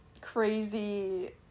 crazy